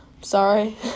sorry